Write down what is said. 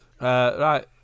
Right